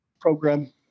program